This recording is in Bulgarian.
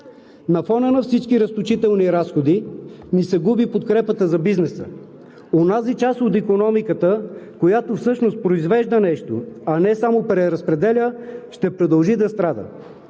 На фона на всички разточителни разходи ни се губи подкрепата за бизнеса – онази част от икономиката, която всъщност произвежда нещо, а не само преразпределя, ще продължи да страда.